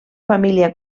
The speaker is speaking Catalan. família